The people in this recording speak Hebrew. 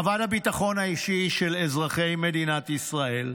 אבד הביטחון האישי של אזרחי מדינת ישראל.